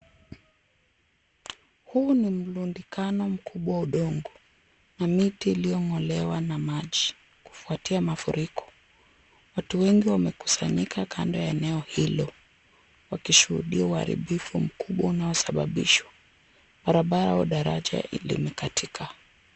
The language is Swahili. Huu ni mrundikano mkubwa wa udongo na miti iliong'olewa na maji kufuatia mafuriko. Watu wengi wamekusanyika kando ya eneo hilo, wakishuhudia uharibifu mkubwa unaosababishwa. Barabara au daraja ilikatika.